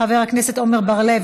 חבר הכנסת עמר בר-לב,